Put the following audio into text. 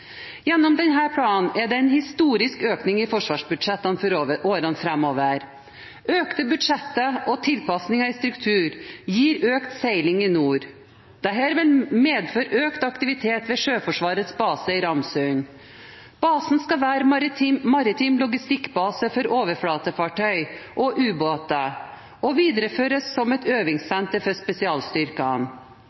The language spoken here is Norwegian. Gjennom denne planen er det en historisk økning i forsvarsbudsjettene for årene framover. Økte budsjetter og tilpasninger i struktur gir økt seiling i nord. Dette vil medføre økt aktivitet ved Sjøforsvarets base i Ramsund. Basen skal være maritim logistikkbase for overflatefartøyer og ubåter og videreføres som et øvingssenter for spesialstyrkene.